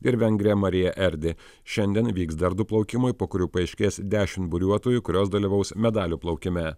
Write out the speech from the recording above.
ir vengrė marija erdi šiandien vyks dar du plaukimai po kurių paaiškės dešim buriuotojų kurios dalyvaus medalių plaukime